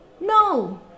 No